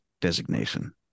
designation